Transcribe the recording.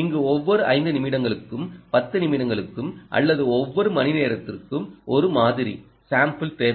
இங்கு ஒவ்வொரு 5 நிமிடங்களுக்கும் 10 நிமிடங்களுக்கும் அல்லது ஒவ்வொரு மணி நேரத்திற்கும் ஒரு மாதிரி தேவைப்படும்